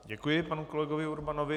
Děkuji panu kolegovi Urbanovi.